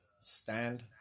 stand